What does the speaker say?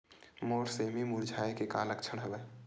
मोर सेमी मुरझाये के का लक्षण हवय?